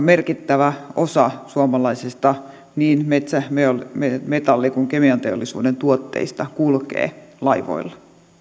merkittävä osa suomalaisista niin metsä metalli kuin kemianteollisuuden tuotteista kulkee laivoilla